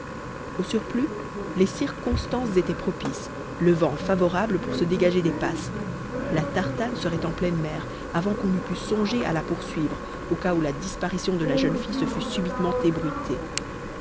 au surplus les circonstances étaient propices le vent favorable pour se dégager des passes la tartane serait en pleine mer avant qu'on eût pu songer à la poursuivre au cas où la disparition de la jeune fille se fût subitement